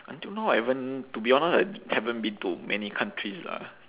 until now I haven't to be honest I haven't been to many countries lah